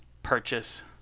Purchase